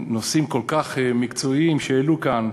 נושאים כל כך מקצועיים שהעלו כאן: